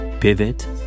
Pivot